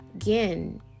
Again